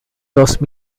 dos